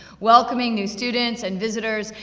welcoming new students and visitors,